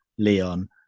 Leon